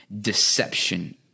deception